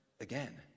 again